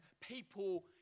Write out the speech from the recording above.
people